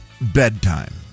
bedtime